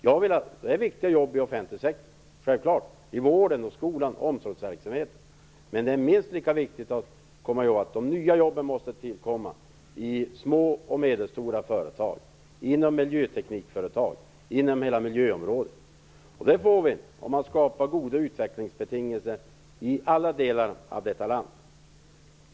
Det är självklart att jobben i offentlig sektor är viktiga - i vården, skolan och omsorgsverksamheten - men det är minst lika viktigt att de nya jobben måste tillkomma i små och medelstora företag, inom miljöteknikföretag och inom hela miljöområdet. De jobben får vi om vi skapar goda utvecklingsbetingelser i alla delar av detta land.